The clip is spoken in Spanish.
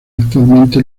actualmente